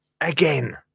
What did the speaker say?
again